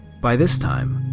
by this time,